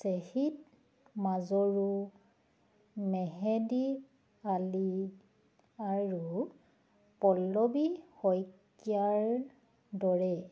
চেহীত মাজৰো মেহেদি আলি আৰু পল্লৱী শইকীয়াৰ দৰে